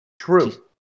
True